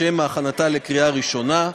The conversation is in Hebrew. לשם הכנתה לקריאה ראשונה.